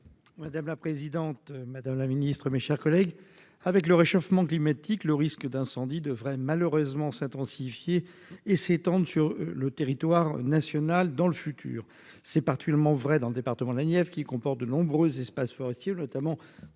des outre-mer. Madame la ministre, avec le réchauffement climatique, le risque d'incendie devrait malheureusement s'intensifier et s'étendre à l'ensemble du territoire national à l'avenir. C'est particulièrement vrai dans le département de la Nièvre, qui comporte de nombreux espaces forestiers, notamment